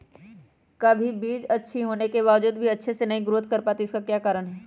कभी बीज अच्छी होने के बावजूद भी अच्छे से नहीं ग्रोथ कर पाती इसका क्या कारण है?